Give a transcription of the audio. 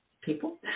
people